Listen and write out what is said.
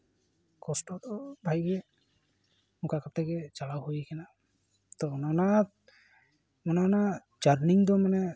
ᱠᱚᱥᱴᱚ ᱫᱚ ᱵᱷᱟᱜᱤ ᱜᱮ ᱚᱝᱠᱟ ᱠᱟᱛᱮ ᱜᱮ ᱪᱟᱞᱟᱣ ᱦᱩᱭᱟᱠᱟᱱᱟ ᱛᱚ ᱚᱱᱟ ᱱᱩᱱᱟᱹᱜ ᱡᱟᱨᱱᱤ ᱫᱚ ᱢᱟᱱᱮ